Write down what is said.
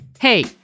Hey